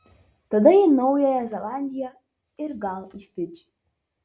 tada į naująją zelandiją ir gal į fidžį